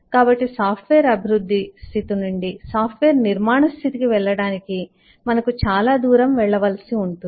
కాబట్టి సాఫ్ట్వేర్ అభివృద్ధి స్థితి నుండి సాఫ్ట్వేర్ నిర్మాణ స్థితికి వెళ్ళడానికి మాకు చాలా దూరం వెళ్ళవలసి ఉంటుంది